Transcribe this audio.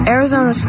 Arizona